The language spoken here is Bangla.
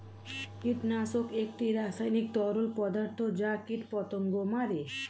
কীটনাশক একটি রাসায়নিক তরল পদার্থ যা কীটপতঙ্গ মারে